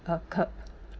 uh curb